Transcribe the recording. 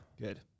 Good